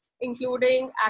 including